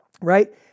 right